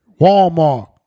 Walmart